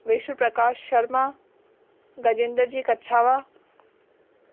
विश्व प्रकाश शर्मा गजेन्द्र जी कछावा